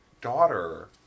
daughter